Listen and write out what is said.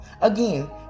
Again